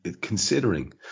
considering